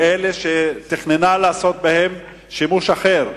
מאלה שתכננה לעשות בהם שימוש אחר,